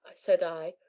said i.